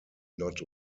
not